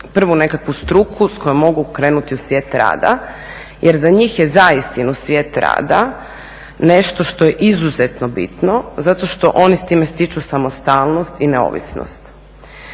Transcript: prvu nekakvu struku s kojom mogu krenuti u svijet rada jer za njih je zaistinu svijet rada nešto što je izuzetno bitno zato što oni s time stiču samostalnost i neovisnost